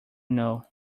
know